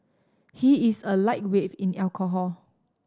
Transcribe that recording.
he is a lightweight in alcohol